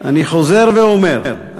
אני חוזר ואומר,